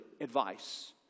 advice